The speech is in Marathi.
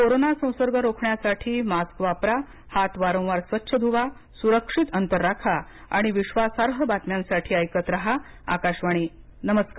कोरोना संसर्ग रोखण्यासाठी मास्क वापरा हात वारंवार स्वच्छ ध्वा सुरक्षित अंतर राखा आणि विश्वासार्ह बातम्यांसाठी ऐकत राहा आकाशवाणी नमस्कार